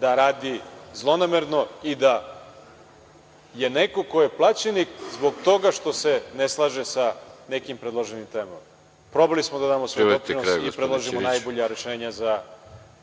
da radi zlonamerno i da je neko ko je plaćenik, zbog toga što se ne slaže sa nekim predloženim temama. Probali smo da damo svoj doprinos i predložimo najbolja rešenja za